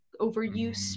overuse